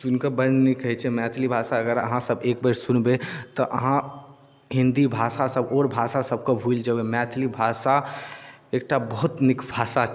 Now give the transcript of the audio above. सुनिकऽ बड़ नीक हइ छै मैथिली भाषा अगर अहाँ सब एक बेर सुनबै तऽ अहाँ हिन्दी भाषा सब ओर भाषा सबके बुझि जेबै मैथिली भाषा एकटा बहुत नीक भााषा